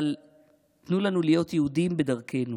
אבל תנו לנו להיות יהודים בדרכנו.